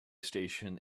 station